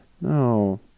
No